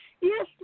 yes